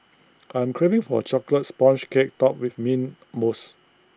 I'm craving for A Chocolate Sponge Cake Topped with Mint Mousse